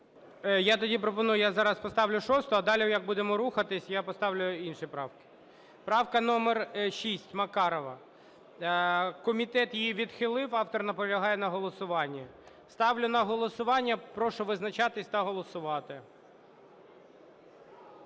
Я тоді пропоную, я зараз поставлю 6-у, а далі як будемо рухатися, я поставлю інші правки. Правка номер 6, Макаров. Комітет її відхилив, автор наполягає на голосуванні. Ставлю на голосування, прошу визначатися та голосувати.